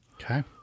okay